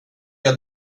jag